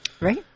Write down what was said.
Right